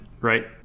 right